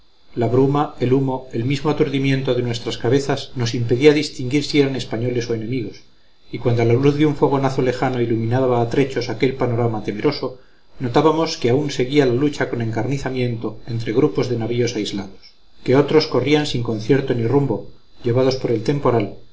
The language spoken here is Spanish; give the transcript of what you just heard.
la bruma el humo el mismo aturdimiento de nuestras cabezas nos impedía distinguir si eran españoles o enemigos y cuando la luz de un fogonazo lejano iluminaba a trechos aquel panorama temeroso notábamos que aún seguía la lucha con encarnizamiento entre grupos de navíos aislados que otros corrían sin concierto ni rumbo llevados por el temporal